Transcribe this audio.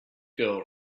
girl